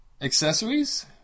Accessories